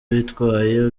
bitwaye